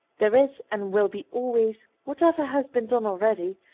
there is, and will be always, whatever has been done already,